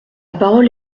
parole